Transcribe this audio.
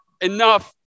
enough